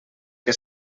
que